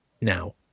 Now